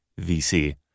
VC